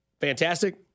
Fantastic